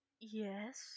Yes